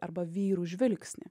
arba vyrų žvilgsnį